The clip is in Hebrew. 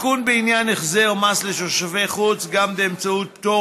תיקון בעניין החזר מס לתושב חוץ גם באמצעות פטור